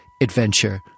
adventure